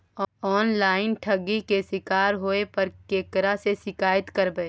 Online ठगी के शिकार होय पर केकरा से शिकायत करबै?